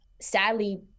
sadly